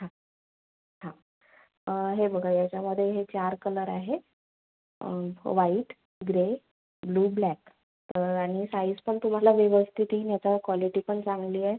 हा हा हे बघा ह्याच्यामध्ये हे चार कलर आहे व्हाइट ग्रे ब्ल्यु ब्लॅक तर आणि साइज पण तुम्हाला व्यवस्थित येईन ह्याचं क्वालिटी पण चांगली आहे